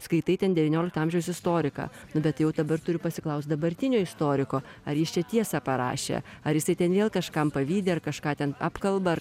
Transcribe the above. skaitai ten devyniolikto amžiaus istoriką nu bet jau dabar turiu pasiklaust dabartinio istoriko ar jis čia tiesą parašė ar jisai ten vėl kažkam pavydi ar kažką ten apkalba ar